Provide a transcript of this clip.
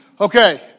Okay